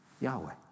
Yahweh